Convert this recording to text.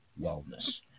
wellness